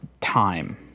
time